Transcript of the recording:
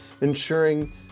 ensuring